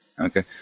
okay